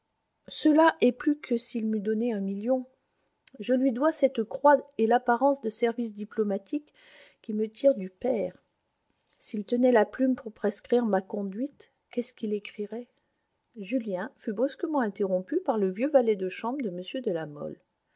cela est plus que s'il m'eût donné un million je lui dois cette croix et l'apparence de services diplomatiques qui me tirent du pair s'il tenait la plume pour prescrire ma conduite qu'est-ce qu'il écrirait julien fut brusquement interrompu par le vieux valet de chambre de m de la mole